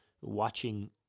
watching